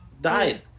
died